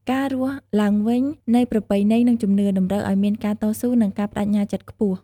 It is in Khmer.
ការរស់ឡើងវិញនៃប្រពៃណី និងជំនឿ តម្រូវឱ្យមានការតស៊ូ និងការប្តេជ្ញាចិត្តខ្ពស់។